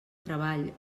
treball